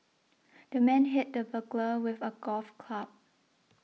the man hit the burglar with a golf club